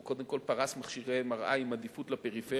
הוא קודם כול פרס מכשירי MRI עם עדיפות לפריפריה.